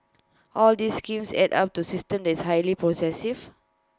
all these schemes add up to system that is highly